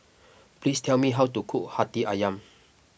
please tell me how to cook Hati Ayam